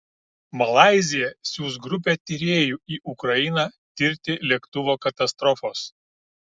malaizija siųs grupę tyrėjų į ukrainą tirti lėktuvo katastrofos